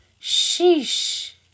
Sheesh